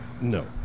No